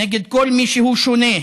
נגד כל מי שהוא שונה,